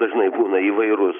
dažnai būna įvairūs